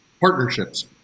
Partnerships